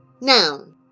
Noun